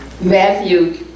Matthew